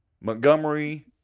Montgomery